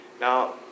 Now